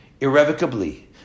irrevocably